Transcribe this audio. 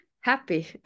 happy